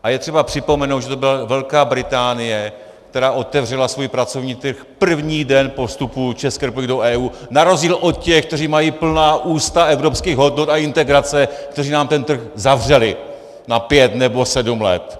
A je třeba připomenout, že to byla Velká Británie, která otevřela svůj pracovní trh první den po vstupu České republiky do EU na rozdíl od těch, kteří mají plná ústa evropských hodnot a integrace, kteří nám ten trh zavřeli na pět nebo sedm let.